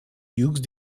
hughes